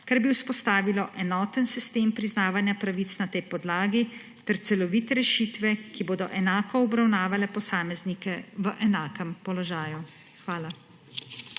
kar bi vzpostavilo enoten sistem priznavanja pravic na tej podlagi ter celovite rešitve, ki bodo enako obravnavale posameznike v enakem položaju. Hvala.